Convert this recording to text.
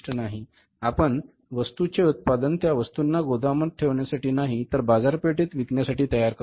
आपण वस्तू चे उत्पादन त्या वस्तुंना गोदामात ठेवण्यासाठी नाही तर बाजारपेठेत विकण्यासाठी तयार करतो